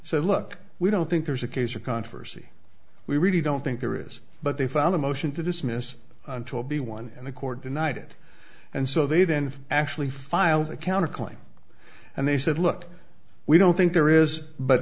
said look we don't think there's a case for controversy we really don't think there is but they found a motion to dismiss and toby won and the court denied it and so they then actually filed a counterclaim and they said look we don't think there is but